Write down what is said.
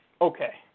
Okay